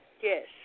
Yes